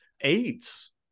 Aids